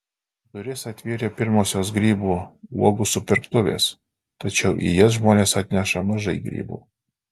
duris atvėrė pirmosios grybų uogų supirktuvės tačiau į jas žmonės atneša mažai grybų